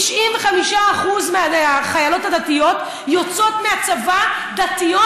95% מהחיילות הדתיות יוצאות מהצבא דתיות,